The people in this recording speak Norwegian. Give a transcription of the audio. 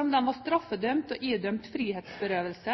om de var straffedømte og idømt frihetsberøvelse,